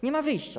Nie ma wyjścia.